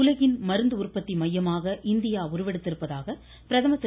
உலகின் மருந்து உற்பத்தி மையமாக இந்தியா உருவெடுத்திருப்பதாக பிரதமர் திரு